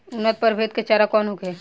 उन्नत प्रभेद के चारा कौन होखे?